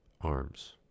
arms